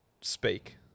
speak